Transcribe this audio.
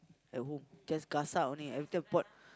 at home just gasak only everytime pot